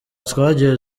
twagiye